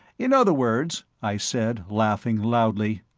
in other words, i said, laughing loudly,